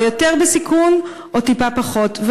או יותר בסיכון או טיפה פחות.